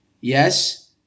yes